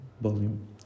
volume